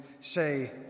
say